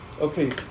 okay